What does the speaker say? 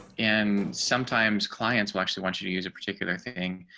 and sometimes clients will actually want you to use a particular thing.